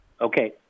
Okay